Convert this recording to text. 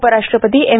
उपराष्ट्रपती एम